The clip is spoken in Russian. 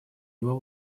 его